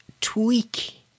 tweak